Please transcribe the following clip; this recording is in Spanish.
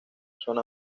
zona